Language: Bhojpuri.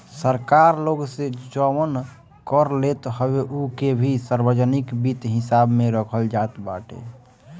सरकार लोग से जवन कर लेत हवे उ के भी सार्वजनिक वित्त हिसाब में रखल जात बाटे